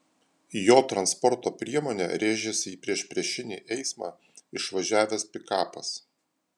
į jo transporto priemonę rėžėsi į priešpriešinį eismą išvažiavęs pikapas